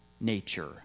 nature